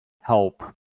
help